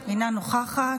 אינו נוכחת,